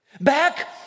back